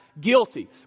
guilty